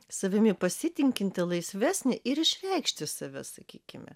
savimi pasitikinti laisvesnė ir išreikšti save sakykime